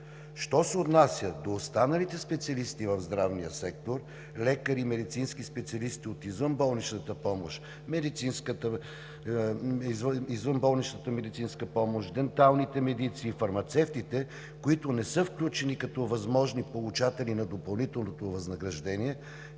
Що се отнася до останалите специалисти в здравния сектор – лекарите и медицинските специалисти от извънболничната медицинска помощ, денталните медици и фармацевтите, които не са включени като възможни получатели на допълнителното възнаграждение,